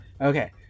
Okay